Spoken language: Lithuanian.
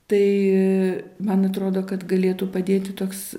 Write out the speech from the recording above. tai man atrodo kad galėtų padėti toks